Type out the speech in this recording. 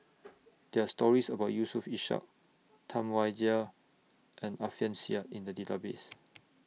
There Are stories about Yusof Ishak Tam Wai Jia and Alfian Sa'at in The Database